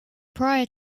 prior